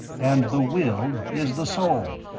and the will is the soul.